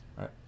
right